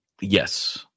Yes